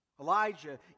Elijah